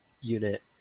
unit